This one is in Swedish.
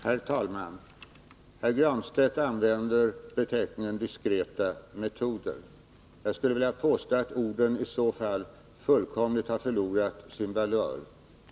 Herr talman! Pär Granstedt använder beteckningen ”diskreta metoder”. Jag skulle vilja påstå att de orden i så fall fullkomligt har förlorat sin valör.